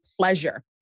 pleasure